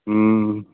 ഉം